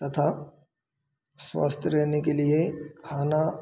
तथा स्वस्थ रहने के लिए खाना